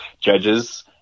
judges